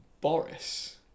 Boris